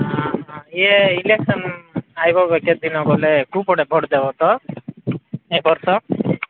ଇଏ ଇଲେକ୍ସନ୍ ଆସିବ କେତେ ଦିନ ଗଲେ କୋଉ ପଟେ ଭୋଟ୍ ଦେବ ତ ଏଇ ବର୍ଷ